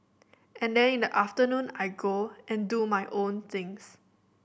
and then in the afternoon I go and do my own things